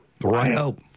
Right